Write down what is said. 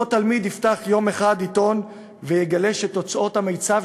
אותו תלמיד יפתח יום אחד עיתון ויגלה שתוצאות המיצ"ב